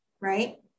right